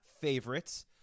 favorites